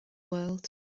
world